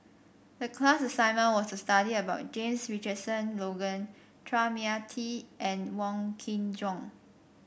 the class assignment was to study about James Richardson Logan Chua Mia Tee and Wong Kin Jong